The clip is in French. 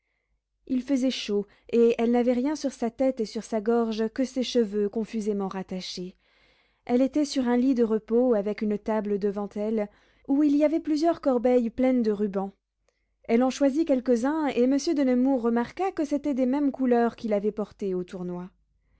il faisait chaud et elle n'avait rien sur sa tête et sur sa gorge que ses cheveux confusément rattachés elle était sur un lit de repos avec une table devant elle où il y avait plusieurs corbeilles pleines de rubans elle en choisit quelques-uns et monsieur de nemours remarqua que c'étaient des mêmes couleurs qu'il avait portées au tournoi